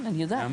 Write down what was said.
נעמה,